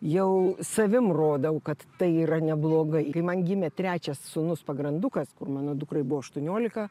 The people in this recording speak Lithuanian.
jau savim rodau kad tai yra neblogai kai man gimė trečias sūnus pagrandukas kur mano dukrai buvo aštuoniolika